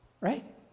right